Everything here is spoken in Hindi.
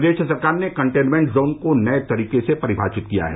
प्रदेश सरकार ने कंटेनमेन्ट जोन को नए तरीके से परिभाषित किया है